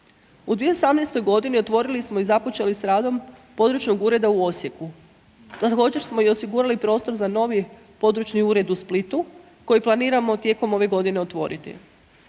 U 2018. godini otvorili smo i započeli s radom područnog ureda u Osijeku, a također smo i osigurali prostor za novi područni ured u Splitu koji planiramo tijekom ove godine otvoriti.